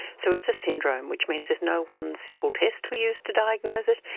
so it's a syndrome, which means there's no one simple test we use to diagnose it,